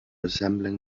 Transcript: assembling